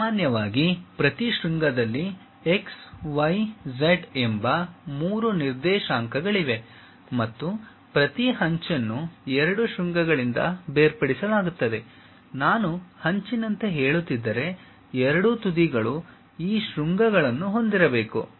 ಸಾಮಾನ್ಯವಾಗಿ ಪ್ರತಿ ಶೃಂಗದಲ್ಲಿ x y z ಎಂಬ 3 ನಿರ್ದೇಶಾಂಕಗಳಿವೆ ಮತ್ತು ಪ್ರತಿ ಅಂಚನ್ನು ಎರಡು ಶೃಂಗಗಳಿಂದ ಬೇರ್ಪಡಿಸಲಾಗುತ್ತದೆ ನಾನು ಅಂಚಿನಂತೆ ಹೇಳುತ್ತಿದ್ದರೆ ಎರಡೂ ತುದಿಗಳು ಈ ಶೃಂಗಗಳನ್ನು ಹೊಂದಿರಬೇಕು